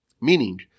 Meaning